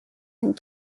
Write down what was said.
and